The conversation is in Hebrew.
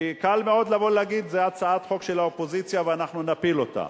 כי קל מאוד להגיד שזאת הצעת חוק של האופוזיציה ואנחנו נפיל אותה.